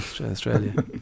Australia